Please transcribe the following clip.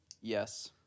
Yes